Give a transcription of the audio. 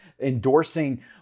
endorsing